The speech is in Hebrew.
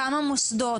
כמה מוסדות?